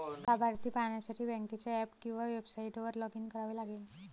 लाभार्थी पाहण्यासाठी बँकेच्या ऍप किंवा वेबसाइटवर लॉग इन करावे लागेल